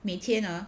每天 ah